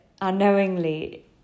unknowingly